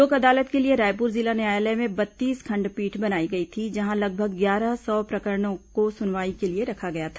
लोक अदालत के लिए रायपुर जिला न्यायालय में बत्तीस खंडपीठ बनाई गई थी जहां लगभग ग्यारह सौ प्रकरणों को सुनवाई के लिए रखा गया था